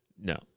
no